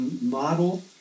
model